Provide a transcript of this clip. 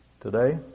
today